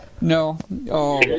No